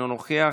אינו נוכח,